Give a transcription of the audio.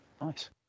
Nice